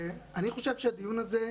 אני חושב שהדיון הזה,